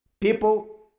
People